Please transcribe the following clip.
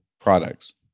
products